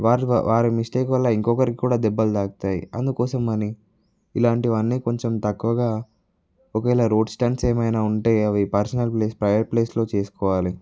వారు వారి మిస్టేక్ వల్ల ఇంకొకరికి కూడా దెబ్బలు తాకుతాయి అందుకోసం అని ఇలాంటివన్నీ కొంచెం తక్కువగా ఒకవేళ రోడ్ స్టంట్స్ ఏమైనా ఉంటే అవి పర్సనల్ ప్లేస్ ప్రైవేట్ ప్లేస్లో చేసుకోవాలి